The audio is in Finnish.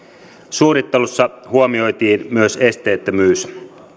suunnittelussa huomioitiin myös esteettömyys